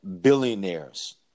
billionaires